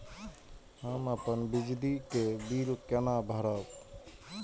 हम अपन बिजली के बिल केना भरब?